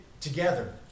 together